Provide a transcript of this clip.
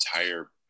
entire